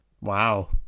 Wow